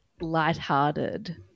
lighthearted